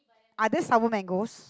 are there sour mangoes